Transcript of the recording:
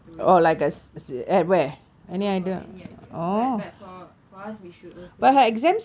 throwing each other a party I don't know any idea but but for us we should also do something